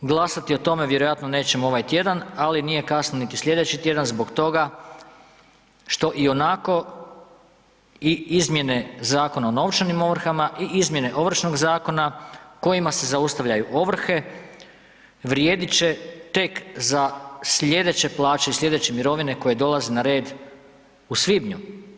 Glasati o tome vjerojatno nećemo ovaj tjedan, ali nije kasno ni sljedeći tjedan zbog toga što i onako i izmjene Zakona o novčanim ovrhama i izmjene Ovršnog zakona kojima se zaustavljaju ovrhe vrijedit će tek za sljedeće plaće i sljedeće mirovine koje dolaze na red u svibnju.